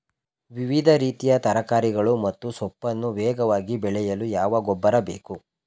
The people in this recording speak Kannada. ವಿವಿಧ ರೀತಿಯ ತರಕಾರಿಗಳು ಮತ್ತು ಸೊಪ್ಪನ್ನು ವೇಗವಾಗಿ ಬೆಳೆಯಲು ಯಾವ ಗೊಬ್ಬರ ಬೇಕು?